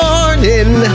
Morning